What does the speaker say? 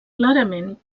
clarament